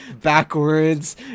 backwards